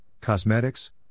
Cosmetics